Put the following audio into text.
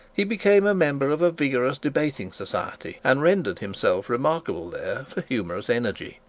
he became a member of a vigorous debating society, and rendered himself remarkable there for humorous energy.